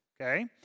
okay